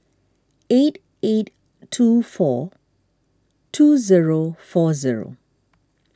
eight eight two four two zero four zero